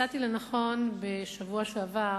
מצאתי לנכון בשבוע שעבר,